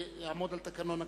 לעמוד על תקנון הכנסת.